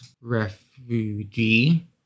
refugee